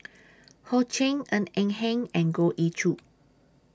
Ho Ching Ng Eng Hen and Goh Ee Choo